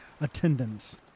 attendance